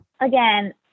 Again